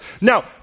Now